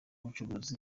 ubucuruzi